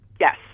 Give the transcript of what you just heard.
Yes